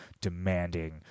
demanding